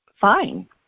fine